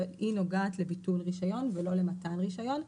אבל היא נוגעת לביטול רישיון ולא למתן רישיון.